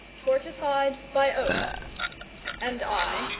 fortified by oath and i,